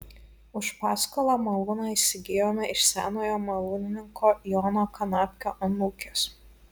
už paskolą malūną įsigijome iš senojo malūnininko jono kanapkio anūkės